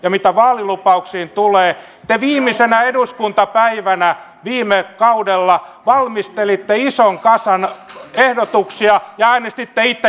ja mitä vaalilupauksiin tulee te viimeisenä eduskuntapäivänä viime kaudella valmistelitte ison kasan ehdotuksia ja äänestitte itse niitä vastaan